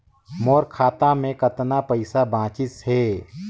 मोर खाता मे कतना पइसा बाचिस हे?